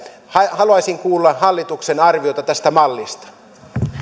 haluaisin kuulla hallituksen arviota tästä mallista